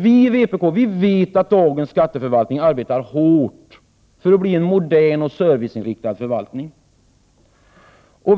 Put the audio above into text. Vi i vpk vet att dagens skatteförvaltning arbetar hårt för att bli en modern och serviceinriktad förvaltning.